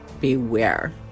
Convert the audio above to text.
beware